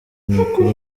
nukuri